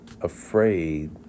afraid